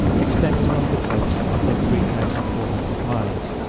extends along the coast above three thousand four hundred miles,